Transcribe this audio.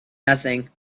nothing